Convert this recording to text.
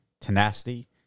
Tenacity